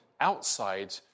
outside